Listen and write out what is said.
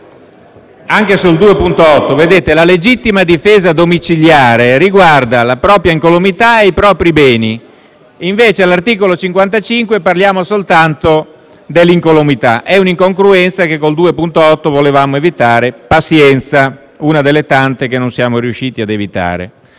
anche sull'emendamento 2.8 La legittima difesa domiciliare riguarda la propria incolumità e i propri beni, invece all'articolo 55 parliamo soltanto dell'incolumità. È un'incongruenza che con l'emendamento 2.8 volevamo evitare, ma pazienza, sarà una delle tante che non siamo riusciti ad evitare.